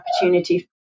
opportunity